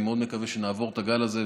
אני מאוד מקווה שנעבור את הגל הזה,